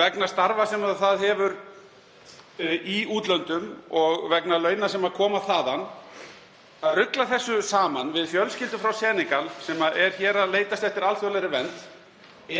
vegna starfa sem það hefur í útlöndum og vegna launa sem koma þaðan og rugla því saman við fjölskyldu frá Senegal sem leitar hér eftir alþjóðlegri vernd